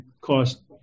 cost